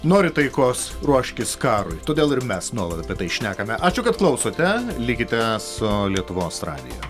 nori taikos ruoškis karui todėl ir mes nuolat apie tai šnekame ačiū kad klausote likite su lietuvos radiju